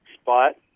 spot